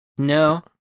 No